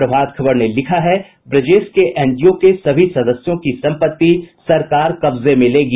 प्रभात खबर ने लिखा है ब्रजेश के एनजीओ के सभी सदस्यों की संपत्ति सरकार कब्जे में लेगी